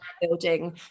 building